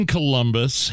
Columbus